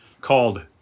called